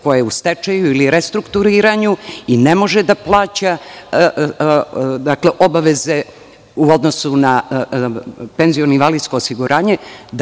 je u stečaju ili restrukturiranju i ne može da plaća obaveze u odnosu na penziono i invalidsko osiguranje,